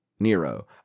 Nero